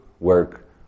work